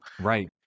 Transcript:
Right